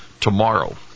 tomorrow